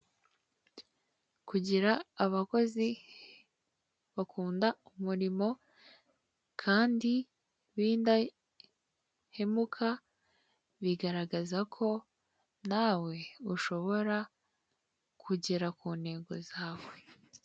Kugira abakozi bakunda umurimo kandi bindahemuka bigaragaza ko nawe ushobora kugera ku ntego zawe.